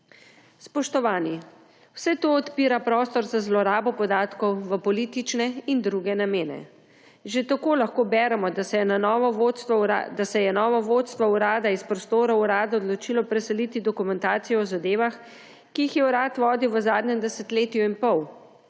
Spoštovani, vse to odpira prostor za zlorabo podatkov v politične in druge namene. Že tako lahko beremo, da se je novo vodstvo urada iz prostorov urada odločilo preseliti dokumentacijo o zadevah, ki jih je urad vodil v zadnjem desetletju in pol.